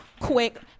quick